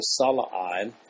Sala'i